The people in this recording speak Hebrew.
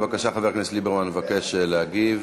בבקשה, חבר הכנסת ליברמן מבקש להגיב.